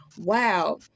wow